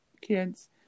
kids